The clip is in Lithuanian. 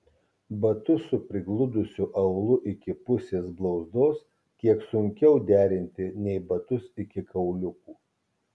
batus su prigludusiu aulu iki pusės blauzdos kiek sunkiau derinti nei batus iki kauliukų